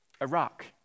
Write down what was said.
Iraq